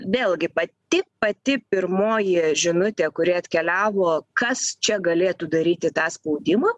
vėlgi pati pati pirmoji žinutė kuri atkeliavo kas čia galėtų daryti tą spaudimą